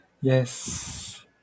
yes